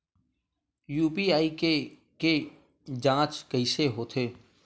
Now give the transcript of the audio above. UPI के के जांच कइसे होथे?